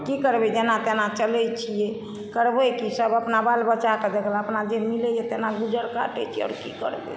की करबै जेना तेना चलै छियै करबै की सब अपना बाल बच्चाके देखलक अपना जे मिलैया तीन गुजर काटै छी की करबै